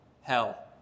hell